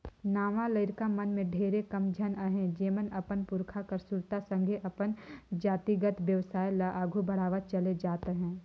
नावा लरिका मन में ढेरे कम झन अहें जेमन अपन पुरखा कर सुरता संघे अपन जातिगत बेवसाय ल आघु बढ़ावत चले जात अहें